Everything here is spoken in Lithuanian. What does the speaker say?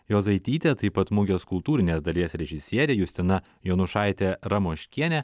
jozaitytė taip pat mugės kultūrinės dalies režisierė justina jonušaitė ramoškienė